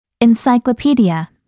Encyclopedia